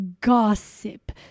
Gossip